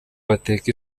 bateka